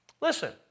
Listen